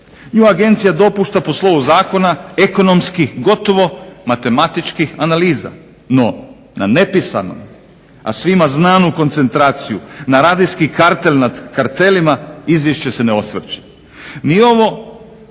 Nju Agencija dopušta po slovu Zakona ekonomskih gotovo matematičkih analiza. NO, na nepisanu a svima znanu koncentraciju na radijski kartel nad kartelima Izvješće se ne osvrće.